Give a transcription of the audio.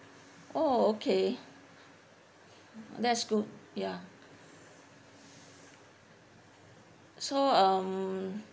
oh okay that's good ya so um